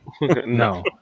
no